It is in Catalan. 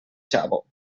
xavo